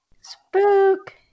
Spook